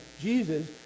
Jesus